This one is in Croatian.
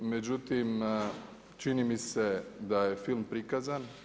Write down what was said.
Međutim, čini mi se da je film prikazan.